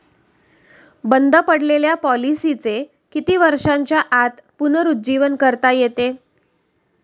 बंद पडलेल्या पॉलिसीचे किती वर्षांच्या आत पुनरुज्जीवन करता येते?